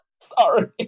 Sorry